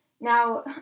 Now